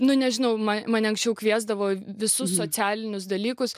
nu nežinau ma mane anksčiau kviesdavo visus socialinius dalykus